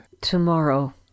Tomorrow